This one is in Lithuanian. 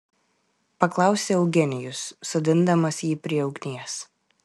paklausė eugenijus sodindamas jį prie ugnies